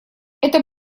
это